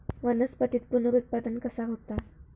वनस्पतीत पुनरुत्पादन कसा होता?